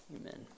Amen